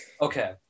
Okay